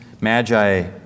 magi